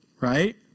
right